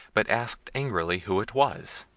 but asked angrily, who it was?